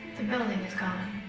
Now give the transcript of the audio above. the building is gone.